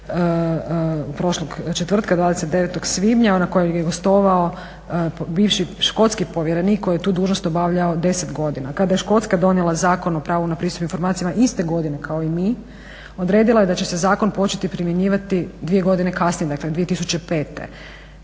prošlog četvrtka 29.svibnja na kojoj je gostovao bivši škotski povjerenik koji je tu dužnost obavljao 10 godina. Kada je Škotska donijela Zakon o pravu na pristup informacijama iste godine kao i mi odredila je da će se zakon početi primjenjivati dvije godine kasnije dakle 2005.